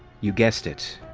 you guessed it.